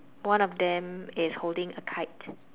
one of them is holding a kite